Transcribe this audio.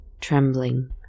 Trembling